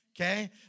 okay